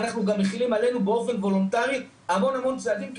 אנחנו גם מכילים על עצמנו באופן וולונטרי המון צעדים,